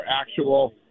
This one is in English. actual